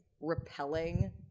repelling